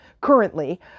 currently